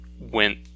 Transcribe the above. went